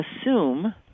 assume